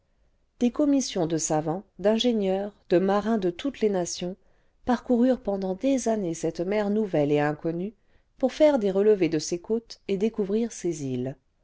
des commissions de savants d'ingénieurs de marins de toutes les nations parcoururent pendant dés années cette nier nouvelle et inconnue la catastrophe nihiliste pour fane des relevés de ses côtes et découvrir ses îles